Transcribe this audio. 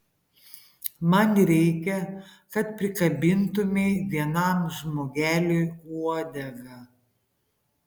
man reikia kad prikabintumei vienam žmogeliui uodegą